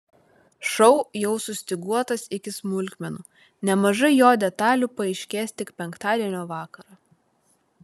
šou jau sustyguotas iki smulkmenų nemažai jo detalių paaiškės tik penktadienio vakarą